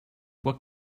what